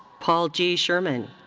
paul g. sherman.